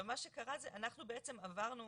מה שקרה שאנחנו בעצם עברנו,